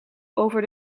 over